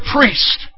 priest